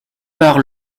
par